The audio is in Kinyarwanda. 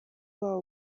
wawe